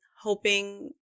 hoping